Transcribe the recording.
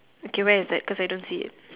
okay where is that cause I don't see it